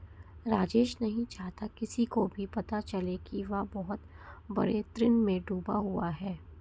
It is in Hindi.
राजेश नहीं चाहता किसी को भी पता चले कि वह बहुत बड़े ऋण में डूबा हुआ है